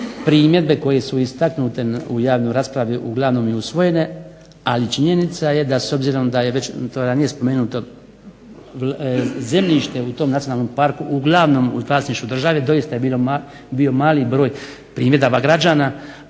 primjedbe koje su istaknute u javnoj raspravi uglavnom i usvojene. Ali činjenica je da s obzirom da je već to je ranije spomenuto zemljište u tom nacionalnom parku uglavnom u vlasništvu države, doista je bio mali broj primjedaba građana,